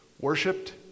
worshipped